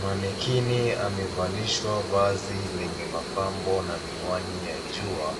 Manekini amevalishwa vazi lenye mapambo na miwani ya jua